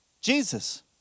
Jesus